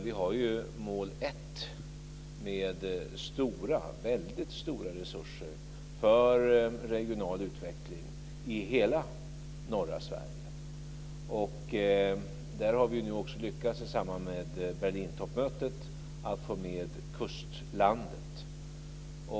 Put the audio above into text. Vi har ju mål 1 med väldigt stora resurser för regional utveckling i hela norra Sverige. Där har vi nu i samband med Berlintoppmötet också lyckats med att få med kustlandet.